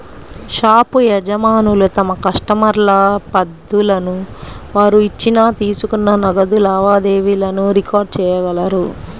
shop యజమానులు తమ కస్టమర్ల పద్దులను, వారు ఇచ్చిన, తీసుకున్న నగదు లావాదేవీలను రికార్డ్ చేయగలరు